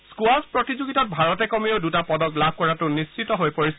squash প্ৰতিযোগিতাত ভাৰতে কমেও দুটা পদক লাভ কৰাটো নিশ্চিত হৈ পৰিছে